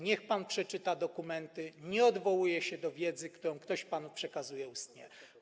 Niech pan przeczyta dokumenty, a nie odwołuje się do wiedzy, którą ktoś panu przekazuje ustnie.